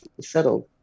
settled